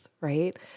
right